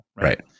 right